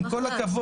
עם כל הכבוד.